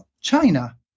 China